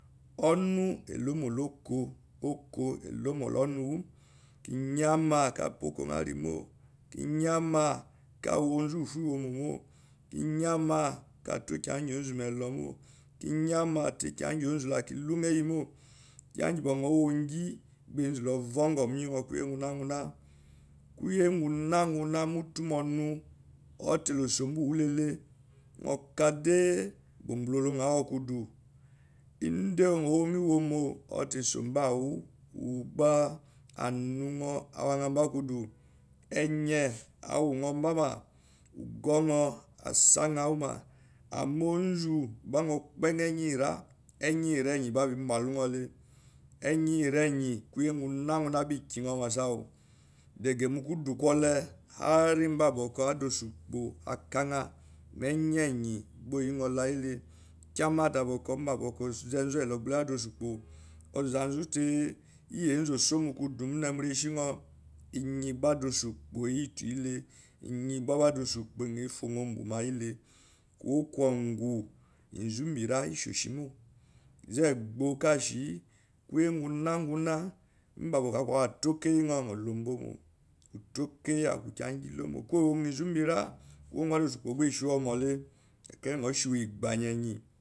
Onu elomo la oko oko elomo la onu kinyama ka pae okonyo arimo kinyama ka wo onzu uwopou iwi iwomo mo kinyama kka tó kiya ngi onzú meloo mo kiya ma kaá kiya ngi onzu la kilungo iyemo kiya ngi bo nyo wo ngi ka enzu lu vongou mbeyiyo kuyi ngonana mutola unu ouzoute ioso mba uwu lele ngulolo nyo awokudu mda onyo wonyo iwomo uzote sonibawu anunyo awanya mba kudu enye nyo awunyo mbama ugou nyo asanya wuma ama onzu gba nyo kpo enyo anyira enyiinra anyi gba bá embalu nyo le enyi iranyi kuyi ngu nana gba ba ikinnasau daga mu kudu kole hari miɔu bokwu ada osykpo akayam mu enyi eyin gbai oynyo’ layile kyamata bokou mba bu uze emegbuluyi ada asukpo ozan zu tei iyi enzu osomune mu rashinyo iyi gba adaasu kpo iyi tou yile inyi gba ba adaosukpo efonyo obunmayi le kowokongu ezumbera ishóshimo zei gboó kashi koyengonana mba boko aku atekeyi nyo lombomo uta kayi aku kiya ngi lomo kwo ewonyo izumbera shiwu egayi